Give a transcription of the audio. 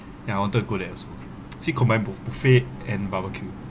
ya I wanted to go there also see combined both buffet and barbecue